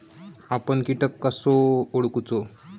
आपन कीटक कसो ओळखूचो?